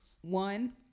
One